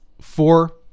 four